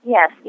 Yes